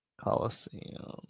Coliseum